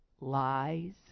lies